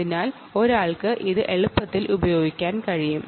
അതിനാൽ ഒരാൾക്ക് അത് എളുപ്പത്തിൽ ഉപയോഗിക്കാൻ കഴിയും